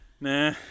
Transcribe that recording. Nah